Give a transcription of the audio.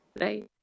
right